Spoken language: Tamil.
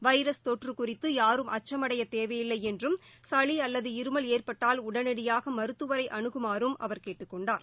வைரஸ் தொற்றுகுறித்துயாரும் அச்சமடையதேவையில்லைஎன்றும் சளிஅவ்லது இருமல் ஏற்பட்டால் உடனடியாகமருத்துவரைஅணுகுமாறும் அவர் கேட்டுக் கொண்டார்